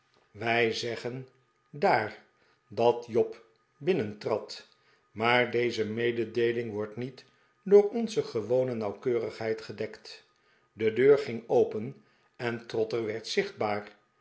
wij zeggen daar dat job binnentrad maar deze mededeeling wordt niet door onze gewone nauwkeurigheid gedekt de deur ging open en trotter werd zichtbaar